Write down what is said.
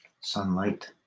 sunlight